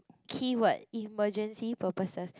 keyword emergency purposes